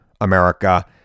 America